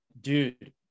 dude